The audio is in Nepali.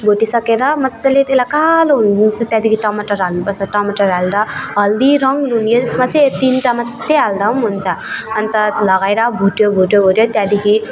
भुटिसकेर मज्जाले त्यसलाई कालो हुनु दिनुपर्छ त्यहाँदेखि टमाटर हाल्नुपर्छ टमाटर हालेर हल्दी रङ यसमा चाहिँ तिनवटा मात्रै हाल्दा पनि हुन्छ अनि त लगाएर भुट्यो भुट्यो भुट्यो त्यहाँदेखि